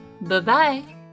Bye-bye